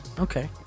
Okay